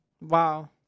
Wow